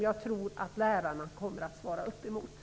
Jag tror också att lärarna kommer att svara upp mot det.